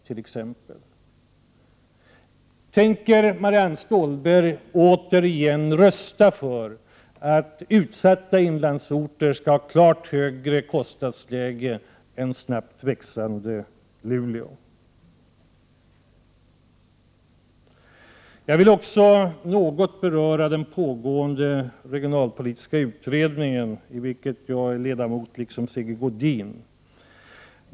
Tänker Marianne Stålberg återigen rösta för att utsatta inlandsorter skall ha klart högre kostnadsläge än snabbt växande Luleå? Sedan vill jag något beröra den pågående regionalpolitiska utredningen, i vilken jag är ledamot liksom Sigge Godin.